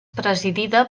presidida